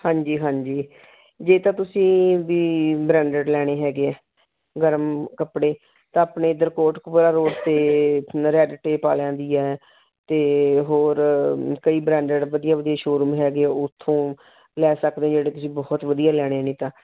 ਹਾਂਜੀ ਹਾਂਜੀ ਜੇ ਤੁਸੀਂ ਵੀ ਬਰੈਂਡਡ ਲੈਣੇ ਹੈਗੇ ਹੈ ਗਰਮ ਕੱਪੜੇ ਤਾਂ ਆਪਣੇ ਇੱਧਰ ਕੋਟਕਪੂਰਾ ਰੋਡ 'ਤੇ ਰੈੱਡਟੇਪ ਵਾਲਿਆਂ ਦੀ ਹੈ ਅਤੇ ਹੋਰ ਕਈ ਬਰੈਂਡਡ ਵਧੀਆ ਵਧੀਆ ਸ਼ੋਅਰੂਮ ਹੈਗੇ ਆ ਉੱਥੋਂ ਲੈ ਸਕਦੇ ਜਿਹੜੇ ਤੁਸੀਂ ਬਹੁਤ ਵਧੀਆ ਲੈਣੇ ਨੇ ਤਾਂ